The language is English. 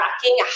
tracking